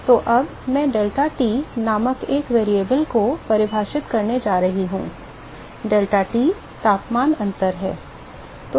तो अब मैं deltaT नामक एक चर को परिभाषित करने जा रहा हूं डेल्टाT तापमान अंतर है